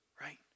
right